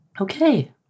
Okay